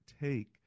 take